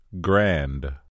Grand